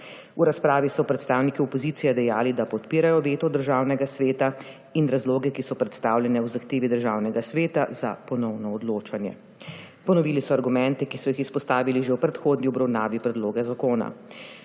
V razpravi so predstavniki opozicije dejali, da podpirajo veto Državnega sveta in razloge, ki so predstavljene v zahtevi Državnega sveta za ponovno odločanje. Ponovili so argumente, ki so jih izpostavili že v predhodni obravnavi predloga zakona.